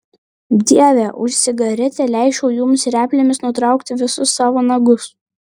dieve už cigaretę leisčiau jums replėmis nutraukti visus savo nagus